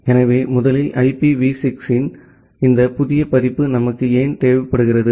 எனவே முதலில் ஐபிவி 6 ஐபியின் இந்த புதிய பதிப்பு நமக்கு ஏன் தேவைப்படுகிறது